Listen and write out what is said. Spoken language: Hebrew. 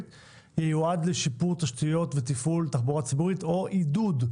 ייועד לשיפור תשתיות ותפעול תחבורה ציבורית או עידוד.